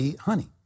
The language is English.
honey